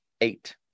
eight